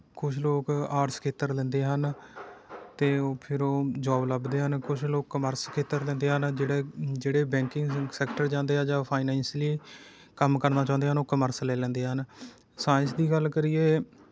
ਕੁਝ ਲੋਕ ਆਰਟਸ ਖੇਤਰ ਲੈਂਦੇ ਹਨ ਅਤੇ ਉਹ ਫਿਰ ਉਹ ਜੌਬ ਲੱਭਦੇ ਹਨ ਕੁਝ ਲੋਕ ਕਾਮਰਸ ਖੇਤਰ ਲੈਂਦੇ ਹਨ ਜਿਹੜੇ ਜਿਹੜੇ ਬੈਂਕਿੰਗ ਸੈਕਟਰ ਜਾਂਦੇ ਆ ਜਾਂ ਫਾਇਨਾਸ਼ਲੀ ਕੰਮ ਕਰਨਾ ਚਾਹੁੰਦੇ ਹਨ ਉਹ ਕਮਰਸ ਲੈ ਲੈਂਦੇ ਹਨ ਸਾਇੰਸ ਦੀ ਗੱਲ ਕਰੀਏ